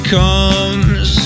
comes